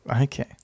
Okay